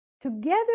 together